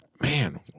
man